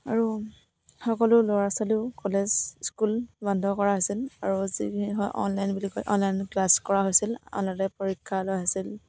আৰু সকলো ল'ৰা ছোৱালীও কলেজ স্কুল বন্ধ কৰা হৈছিল আৰু যিখিনি অনলাইন বুলি কয় অনলাইন ক্লাছ কৰা হৈছিল পৰীক্ষা লোৱা হৈছিল